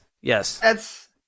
Yes